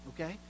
okay